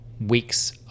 weeks